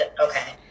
Okay